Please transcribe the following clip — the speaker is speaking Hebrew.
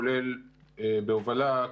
כולל בהובלה,